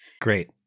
Great